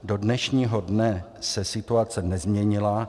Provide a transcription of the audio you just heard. Do dnešního dne se situace nezměnila.